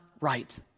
right